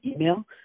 email